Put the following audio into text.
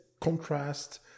contrast